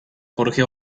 jorge